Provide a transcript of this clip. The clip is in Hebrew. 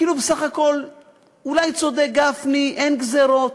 כאילו בסך הכול אולי צודק גפני: אין גזירות,